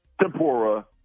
tempura